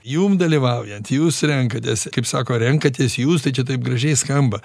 jum dalyvaujant jūs renkatės kaip sako renkatės jūs tai čia taip gražiai skamba